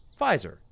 Pfizer